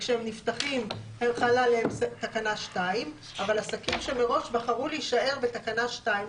וכשהם נפתחים חלה עליהם תקנה 2. אבל עסקים שמראש בחרו להישאר בתקנה 2,